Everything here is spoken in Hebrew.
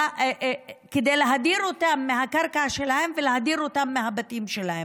כדי להדיר אותם מהקרקע שלהם ולהדיר אותם מהבתים שלהם.